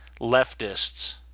leftists